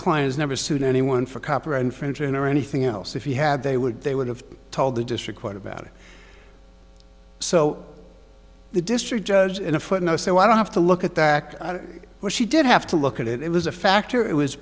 clients never sued anyone for copyright infringer in or anything else if he had they would they would have told the district court about it so the district judge in a footnote so i don't have to look at that but she did have to look at it it was a factor